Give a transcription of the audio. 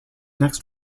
next